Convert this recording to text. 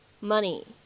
money